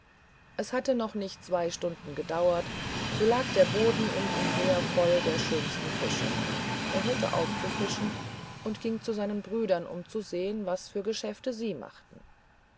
es hatte noch nicht zwei stunden gedauert so lag der boden um ihn her voll der schönsten fische da hörte er auf zu fischen und ging zu seinen brüdern um zu sehen was für geschäfte sie machten